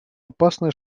опасный